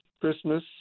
Christmas